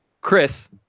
Chris